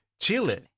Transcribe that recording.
Chile